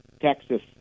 Texas